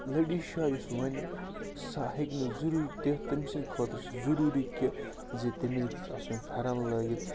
لٔڈِشاہ یُس وَنہِ سۄ ہٮ۪کہِ نہٕ ضٔروٗرۍ تہِ تٔمۍ سٕنٛدۍ خٲطرٕ چھِ سُہ ضٔروٗری کہِ زِ تٔمِس گَژھِ آسُن فٮ۪رَن لٲگِتھ